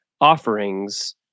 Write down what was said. offerings